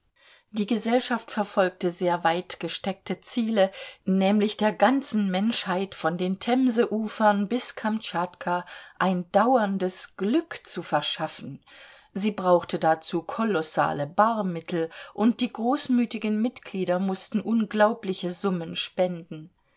die gesellschaft verfolgte sehr weitgesteckte ziele nämlich der ganzen menschheit von den themseufern bis kamtschatka ein dauerndes glück zu verschaffen sie brauchte dazu kolossale barmittel und die großmütigen mitglieder mußten unglaubliche summen spenden